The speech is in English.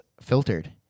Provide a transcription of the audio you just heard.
filtered